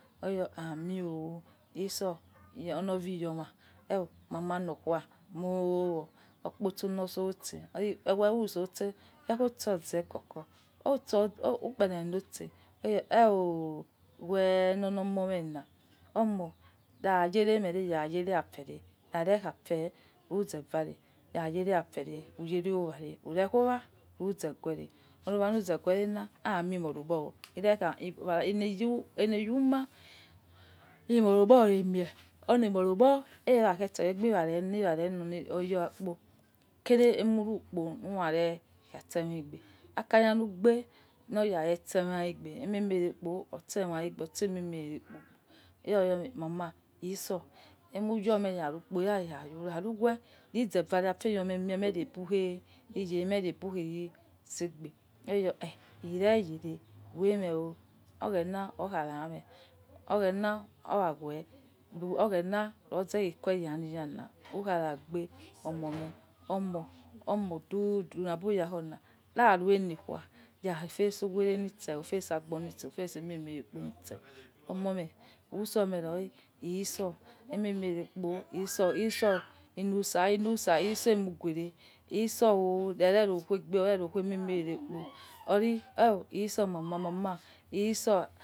Oyo amen oh lso olo yi iyoma mama lokhua, tao' wo okposo lorose wewu sose, ye kho ose loze uhuko ko ukpe kha lo ose he oo we lo ho omo me la omo ya yare mere ya re afe, rare khafe luza vare rare afe na uyare oware ure khowa luza ghuere olo wa luzaghere ha aime lmorogwo wo ale yuma imo rogwo emie eya ghe segbe iyare lere iya reli oya kpo, kere emu rukpo uware yasetegbe, akakha lugbe loya semai gbe ememe rukpo ose ose ememe rekpo mamai iso ainiu yomo yagha kpo, khari ghuwe nore me tae re bughe zebe. maire bughe yare kghiu meo oghena oikhai me oghena owa ghua. Wewe ze ikhue yali yala ukha ragbe omo odu odu ebukha kho khare alikhua ya facing uwere selu face aigbo sel omouie usome re iso usem men re rere kpo iso, iso mughuere iso rere ro khuegbe urer o weghe meme rere kpo iso mama iso.